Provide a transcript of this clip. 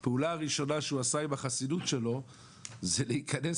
הפעולה הראשונה שהוא עשה עם החסינות שלו זה להיכנס